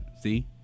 See